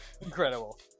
Incredible